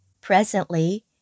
Presently